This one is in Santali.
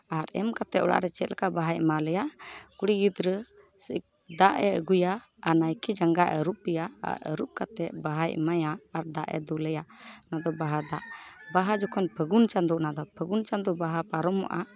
ᱟᱨ ᱮᱢ ᱠᱟᱛᱮ ᱚᱲᱟᱜ ᱨᱮ ᱪᱮᱫᱞᱮᱠᱟ ᱵᱟᱦᱟᱭ ᱮᱢᱟᱣᱟᱞᱮᱭᱟ ᱠᱩᱲᱤ ᱜᱤᱫᱽᱨᱟᱹ ᱥᱮ ᱫᱟᱜ ᱮᱭ ᱟᱹᱜᱩᱭᱟ ᱟᱨ ᱱᱟᱭᱠᱮ ᱡᱟᱸᱜᱟᱭ ᱟᱹᱨᱩᱵᱮᱭᱟ ᱟᱨ ᱟᱹᱨᱩᱵ ᱠᱟᱛᱮ ᱵᱟᱦᱟᱭ ᱮᱢᱟᱭᱟ ᱟᱨ ᱫᱟᱜᱼᱮ ᱫᱩᱞᱟᱭᱟ ᱱᱚᱣᱟ ᱫᱚ ᱵᱟᱦᱟ ᱫᱟᱜ ᱵᱟᱦᱟ ᱡᱚᱠᱷᱚᱱ ᱯᱷᱟᱹᱜᱩᱱ ᱪᱟᱸᱫᱚ ᱚᱱᱟ ᱫᱚ ᱯᱷᱟᱹᱜᱩᱱ ᱪᱟᱸᱫᱚ ᱵᱟᱦᱟ ᱯᱟᱨᱚᱢᱚᱜᱼᱟ